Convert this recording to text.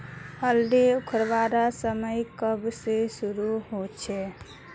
हल्दी उखरवार समय कब से शुरू होचए?